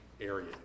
area